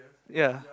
ya